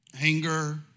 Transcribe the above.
Anger